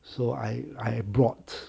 so I I brought